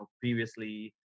previously